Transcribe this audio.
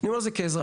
אומר את זה כאזרח,